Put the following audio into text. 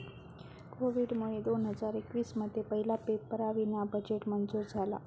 कोविडमुळे दोन हजार एकवीस मध्ये पहिला पेपरावीना बजेट मंजूर झाला